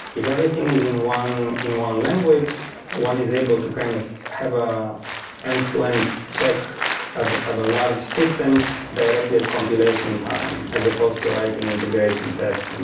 if everything is in one in one language, one is able to kind of have an end-to-end check of of a large system directly at compilation time as supposed to writing integration tests. and